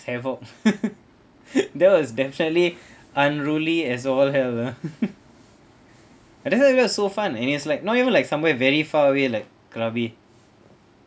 havoc that was definitely unruly as all hell ah so fun and it's like not even like somewhere very far away like krabi